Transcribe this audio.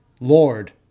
Lord